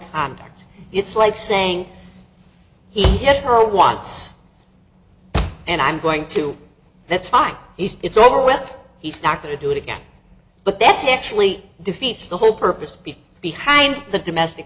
object it's like saying he hit her watts and i'm going to that's fine he's it's over with he's not going to do it again but that's actually defeats the whole purpose be behind the domestic